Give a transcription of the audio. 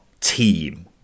team